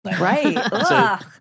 Right